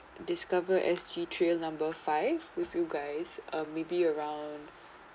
discover S_G trail number five with you guys um maybe around